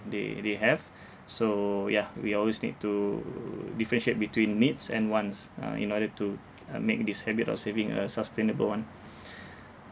they they have so yeah we always need to differentiate between needs and wants ah in order to uh make this habit of saving a sustainable one